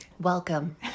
Welcome